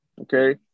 okay